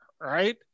right